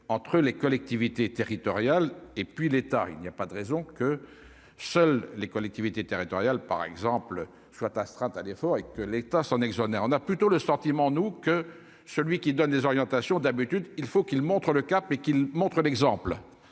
entre les collectivités territoriales et puis l'état, il n'y a pas de raison que seules les collectivités territoriales, par exemple, soient astreintes à l'effort et que l'État s'en exonère on a plutôt le sentiment, nous, que celui qui donne les orientations d'habitude, il faut qu'il montre le cap et qu'ils montrent l'exemple